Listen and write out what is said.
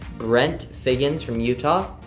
brent figgins from utah.